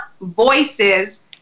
Voices